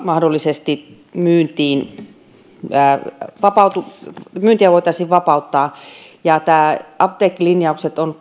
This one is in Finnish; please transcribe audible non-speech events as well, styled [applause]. mahdollisesti tulla myyntiin myyntiä voitaisiin vapauttaa apteekkilinjaukset on [unintelligible]